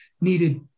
needed